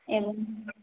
एवं